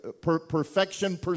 perfection